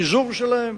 פיזור שלהם.